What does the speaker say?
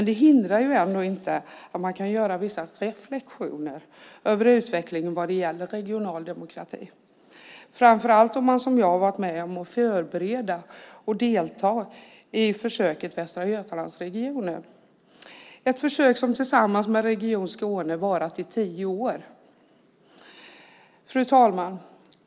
Det hindrar inte att man kan göra vissa reflexioner över utvecklingen vad det gäller regional demokrati, framför allt om man som jag har varit med om att förbereda och delta i försöket Västra Götalandsregionen. Det är ett försök som tillsammans med Region Skåne varat i tio år. Fru talman!